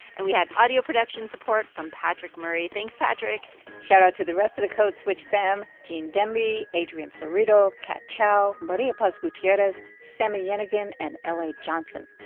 and we had audio production support from patrick murray. thanks, patrick shoutout to the rest of the code switch fam gene demby, adrian florido, kat chow, maria paz gutierrez, sami yenigun and la johnson.